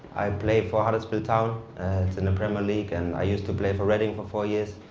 i play for huddersfield town, it's in the premier league, and i used to play for reading for four years.